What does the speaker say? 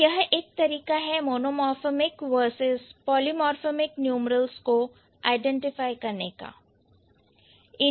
तोयह एक तरीका है मोनोमोर्फेमिक वर्सेस पॉलीमाॅर्फेमिक न्यूमरल्स को आईडेंटिफाई करने का